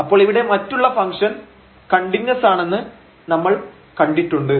അപ്പോൾ ഇവിടെ മറ്റുള്ള ഫംഗ്ഷൻ കണ്ടിന്യൂസ് ആണെന്ന് നമ്മൾ കണ്ടിട്ടുണ്ട്